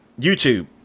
YouTube